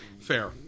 Fair